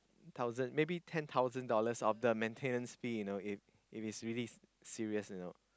thousand maybe ten thousand dollars of the maintenance fee you know if it's really serious you know